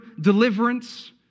deliverance